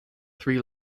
three